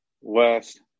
west